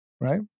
right